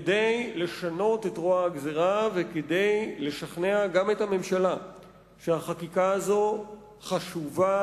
כדי לשנות את רוע הגזירה וכדי לשכנע גם את הממשלה שהחקיקה הזאת חשובה,